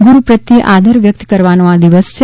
ગુરૂ પ્રત્યે આદર વ્યક્ત કરવાનો આ દિવસ છે